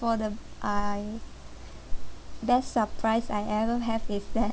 for the I best surprise I ever have is that